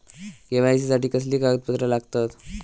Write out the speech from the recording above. KYC साठी कसली कागदपत्र लागतत?